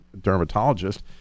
dermatologist